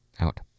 Out